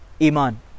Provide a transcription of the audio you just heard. Iman